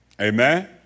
Amen